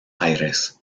aires